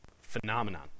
phenomenon